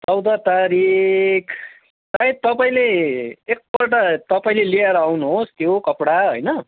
चौध तारिक सायद तपाईँले एकपल्ट तपाईँले लिएर आउनुहोस् त्यो कपडा होइन